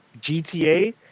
GTA